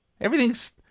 Everything's